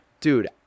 dude